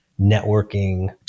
networking